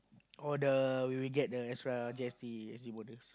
or the when we get the extra G_S_T S_G Bonus